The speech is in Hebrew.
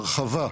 הרחבה,